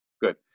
Good